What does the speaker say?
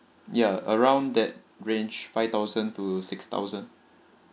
ya around that range five thousand to six thousand